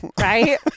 right